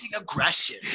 aggression